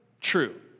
true